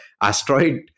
asteroid